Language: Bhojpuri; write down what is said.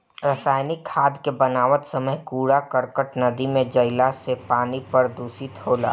रासायनिक खाद के बनावत समय कूड़ा करकट नदी में जईला से पानी प्रदूषित होला